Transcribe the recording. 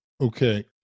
Okay